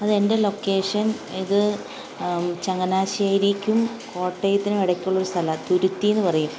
അതെൻ്റെ ലൊക്കേഷൻ ഇത് ചങ്ങനാശ്ശേരിക്കും കോട്ടയത്തിനുവെടക്കുള്ളൊരു സ്ഥലമാണ് തുരിത്തീന്ന് പറയും